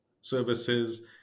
services